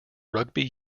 rugby